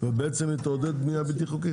- ובעצם תעודד בנייה בלתי חוקית.